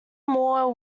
moore